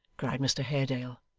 cried mr haredale,